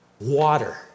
Water